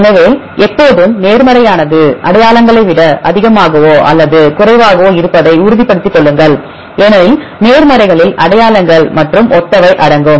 எனவே எப்போதும் நேர்மறையானது அடையாளங்களை விட அதிகமாகவோ அல்லது குறைவாகவோ இருப்பதை உறுதிப்படுத்திக் கொள்ளுங்கள் ஏனெனில் நேர்மறைகளில் அடையாளங்கள் மற்றும் ஒத்தவை அடங்கும்